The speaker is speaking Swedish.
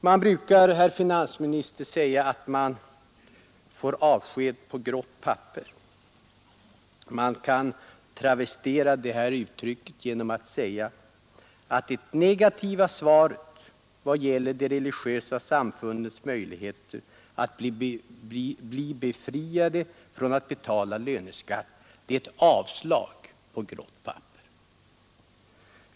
Man brukar, herr finansminister, säga att man får avsked på grått papper. Man kan travestera det uttrycket genom att säga att det negativa svaret i vad gäller de religiösa samfundens möjligheter att bli befriade från att betala löneskatt är ett avslag på grått papper.